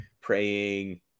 praying